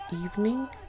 evening